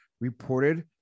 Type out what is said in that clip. reported